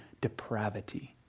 depravity